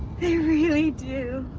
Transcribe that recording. really do.